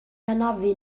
anafu